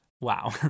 Wow